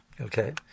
okay